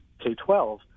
K-12